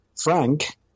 Frank